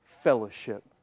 Fellowship